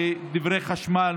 לדברי חשמל,